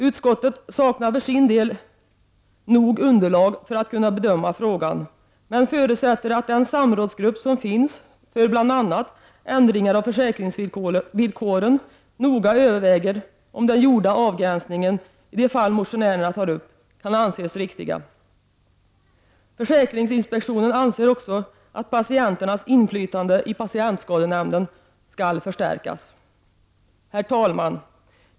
Utskottet för sin del saknar tillräckligt underlag för att kunna bedöma frågan men förutsätter att den samrådsgrupp som finns för bl.a. ändringar av försäkringsvillkoren noga överväger om den gjorda avgränsningen i de fall som motionärerna tar upp kan anses vara riktig. Försäkringsinspektionen anser också att patienternas inflytande i patientskadenämnden skall förstärkas. Herr talman!